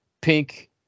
pink